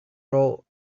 rule